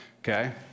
okay